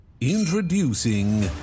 Introducing